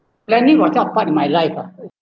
planning was not part of my life ah